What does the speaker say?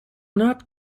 not